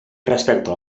respecte